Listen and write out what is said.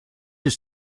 ist